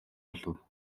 болов